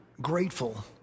grateful